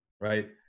right